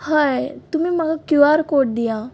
हय तुमी म्हाका क्युआर कोड दिया